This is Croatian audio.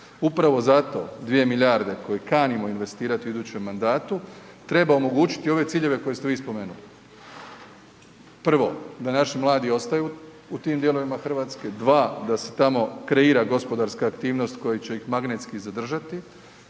Upravo zato 2 milijarde koje kasnimo investirati u idućem mandatu, treba omogućiti ove ciljeve koje ste vi spomenuli. Prvo, da naši mladi ostaju u tim dijelovima Hrvatske, dva, da se tamo kreira gospodarska aktivnost koja će ih magnetski zadržati